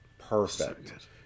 perfect